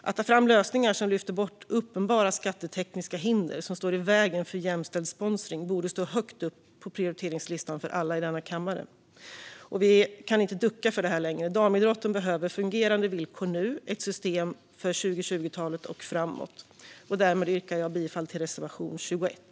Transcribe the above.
Att ta fram lösningar som lyfter bort uppenbara skattetekniska hinder som står i vägen för jämställd sponsring borde stå högt upp på prioriteringslistan för alla i denna kammare. Vi kan inte ducka för detta längre. Damidrotten behöver fungerande villkor nu - ett system för 2020-talet och framåt. Därmed yrkar jag bifall till reservation 21.